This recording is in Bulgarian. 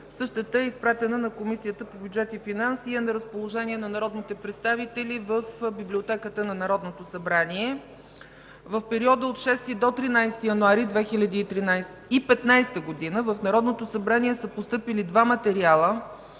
Същата е изпратена на Комисията по бюджет и финанси и е на разположение на народните представители в Библиотеката на Народното събрание. В периода от 6 до 13 януари 2015 г. в Народното събрание са постъпили два материала